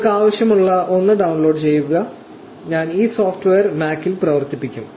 നിങ്ങൾക്ക് ആവശ്യമുള്ള ഒന്ന് ഡൌൺലോഡ് ചെയ്യുക ഞാൻ ഈ സോഫ്റ്റ്വെയർ മാക്കിൽ പ്രവർത്തിപ്പിക്കും